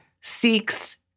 seeks